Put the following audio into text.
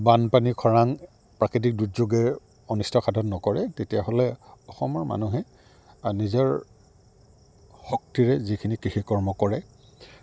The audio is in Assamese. বানপানী খৰাং প্ৰাকৃতিক দুৰ্যোগে অনিষ্ট সাধন নকৰে তেতিয়াহ'লে অসমৰ মানুহে নিজৰ শক্তিৰে যিখিনি কৃষিকৰ্ম কৰে